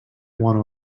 one